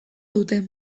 dute